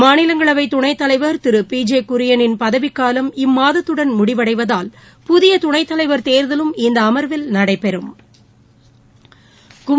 மாநிலங்களவைத்துணைத்தலைவர் திருபி ஜே குரியனின் பதவிக்காலம் இம்மாதத்துடன் முடிவடைவதால் புதியதுணைத்தலைவர் தேர்தலும் இந்தஅமர்வில் நடைபெறும்